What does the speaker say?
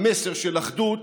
המסר של אחדות,